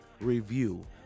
review